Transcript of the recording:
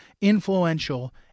influential